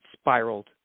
spiraled